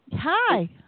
Hi